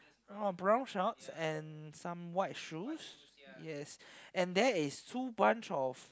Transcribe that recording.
uh brown shorts and some white shoes yes and there is two bunch of